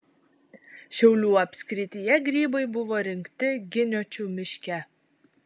šiaulių apskrityje grybai buvo rinkti giniočių miške